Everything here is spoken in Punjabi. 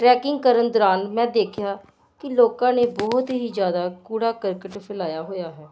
ਟਰੈਕਿੰਗ ਕਰਨ ਦੌਰਾਨ ਮੈਂ ਦੇਖਿਆ ਕਿ ਲੋਕਾਂ ਨੇ ਬਹੁਤ ਹੀ ਜ਼ਿਆਦਾ ਕੂੜਾ ਕਰਕਟ ਫੈਲਾਇਆ ਹੋਇਆ ਹੈ